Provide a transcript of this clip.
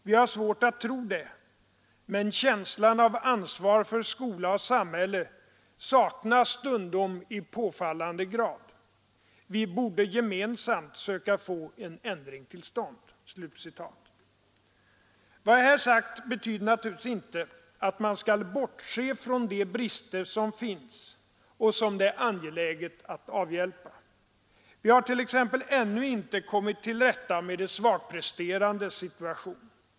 Vi har svårt att tro det. Men känslan av ansvar för skola och samhälle saknas stundom i påfallande grad. Vi borde gemensamt söka få en ändring till stånd.” Vad jag här sagt betyder naturligtvis inte att man skall bortse från de brister som finns och som det är angeläget att avhjälpa. Vi har t.ex. ännu inte kommit till rätta med de svagpresterandes situation.